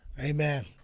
Amen